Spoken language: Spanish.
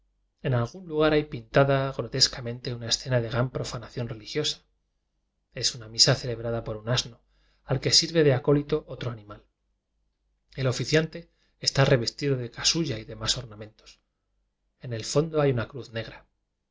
en algún lugar hay pintada grotescamente una escena de gran profanación religiosa es una misa cele brada por un asno al que sirve de acólito otro animal el oficiante está revestido de casulla y demás ornamentos en el fondo hay una cruz negra